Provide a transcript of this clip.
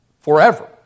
forever